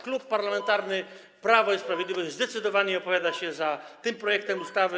Klub Parlamentarny Prawo i Sprawiedliwość zdecydowanie opowiada się za tym projektem ustawy.